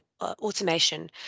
automation